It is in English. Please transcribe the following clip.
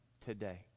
today